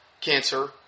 cancer